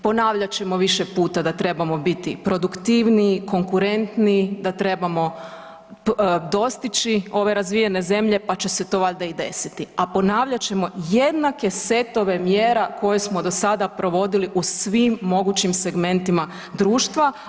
Ponavljat ćemo više puta da trebamo biti produktivniji, konkurentniji da trebamo dostići ove razvijene zemlje pa će se to valjda i desiti, a ponavljat ćemo jednake setove mjera koje smo do sada provodili u svim mogućim segmentima društva.